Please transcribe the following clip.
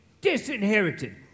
disinherited